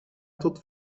tot